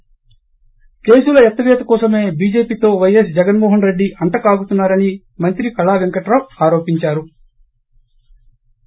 ి కేసుల ఎత్తిపేత కోసమే బీజేపీతో వైఎస్ జగన్మోహన్రెడ్డి అంటకాగుతున్నా రని మంత్రి కళా పెంకట్రావు ఆరోపించారు